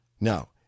Now